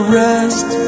rest